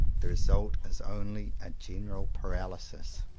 the result is only a general paralysis.